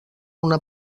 una